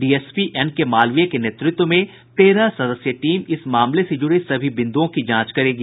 DSP NK Malviya के नेतृत्व में तेरह सदस्यीय टीम इस मामले से जुड़े सभी बिंदुओं की जांच करेगी